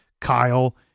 Kyle